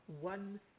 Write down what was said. one